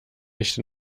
nicht